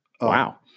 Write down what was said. Wow